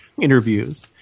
interviews